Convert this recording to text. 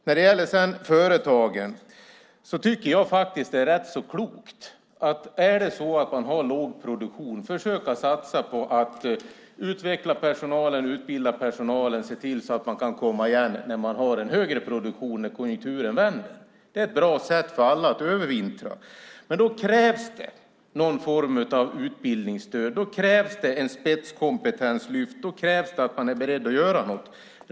När det sedan gäller företagen tror jag att om man har låg produktion ska man försöka satsa på att utveckla personalen, utbilda personalen och se till att de kan komma igen när man har en högre produktion, när konjunkturen vänder. Det är ett bra sätt för alla att övervintra. Men då krävs det någon form av utbildningsstöd. Då krävs det ett spetskompetenslyft. Då krävs det att man är beredd att göra något.